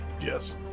Yes